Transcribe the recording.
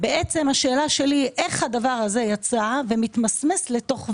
השאלה שלי היא איך הדבר הזה יצא ומתמסמס לתוך ועדה?